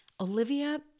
Olivia